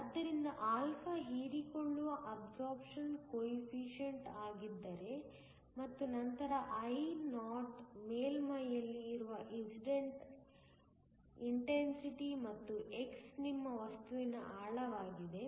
ಆದ್ದರಿಂದ α ಹೀರಿಕೊಳ್ಳುವ absorption coefficient ಆಗಿದ್ದರೆ ಮತ್ತು ನಂತರ Io ಮೇಲ್ಮೈಯಲ್ಲಿ ಇರುವ ಇನ್ಸಿಡೆಂಟ್ ಇಂಟೆನ್ಸಿಟಿ ಮತ್ತು x ನಿಮ್ಮ ವಸ್ತುವಿನ ಆಳವಾಗಿದೆ